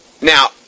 Now